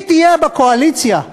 היא תהיה בקואליציה אתם,